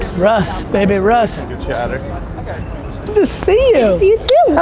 rust baby, rust. good chatter. good to see you!